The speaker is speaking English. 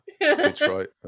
Detroit